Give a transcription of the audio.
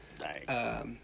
Right